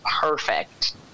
perfect